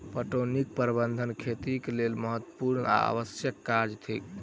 पटौनीक प्रबंध खेतीक लेल महत्त्वपूर्ण आ आवश्यक काज थिक